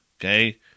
okay